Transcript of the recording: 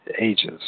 ages